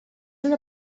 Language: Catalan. una